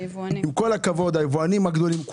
היבואנים הגדולים.